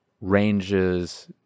ranges